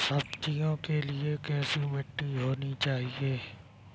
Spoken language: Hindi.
सब्जियों के लिए कैसी मिट्टी होनी चाहिए?